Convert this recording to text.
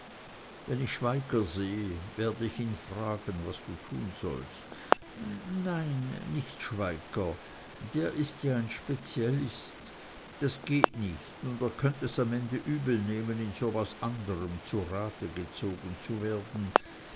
wenn ich schweigger sehe werde ich ihn fragen was du tun sollst nein nicht schweigger der ist ja ein spezialist das geht nicht und er könnte es am ende übelnehmen in so was anderem zu rate gezogen zu werden